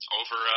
over